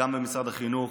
גם ממשרד החינוך.